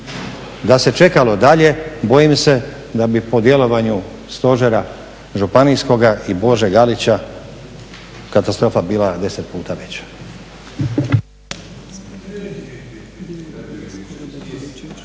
Da se čekalo dalje bojim se da bi po djelovanju stožera županijskoga i Bože Galića katastrofa bila 10 puta veća.